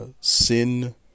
Sin